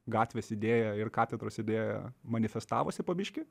gatvės idėja ir katedros idėja manifestavosi po biški